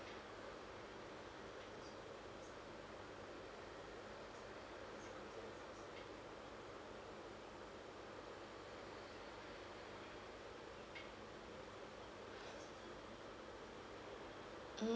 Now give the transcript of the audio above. mm